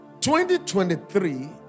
2023